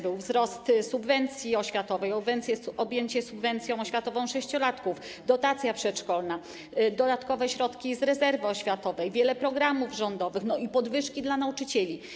Były: wzrost subwencji oświatowej, objęcie subwencją oświatową sześciolatków, dotacja przedszkolna, dodatkowe środki z rezerwy oświatowej, wiele programów rządowych i podwyżki dla nauczycieli.